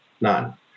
none